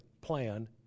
plan